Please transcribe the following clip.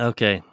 Okay